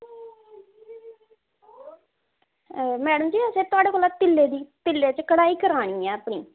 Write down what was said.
madam ji असें थुआढ़े कोला तिल्ले दी तिल्ले च कढ़ाई करानी ऐ अपनी